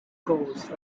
caused